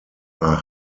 are